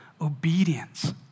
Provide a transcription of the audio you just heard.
obedience